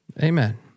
Amen